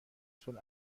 چگونه